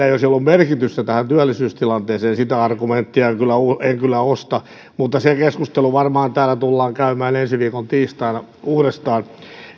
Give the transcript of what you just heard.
ei olisi ollut merkitystä tähän työllisyystilanteeseen sitä argumenttia en kyllä osta mutta se keskustelu varmaan täällä tullaan käymään ensi viikon tiistaina uudestaan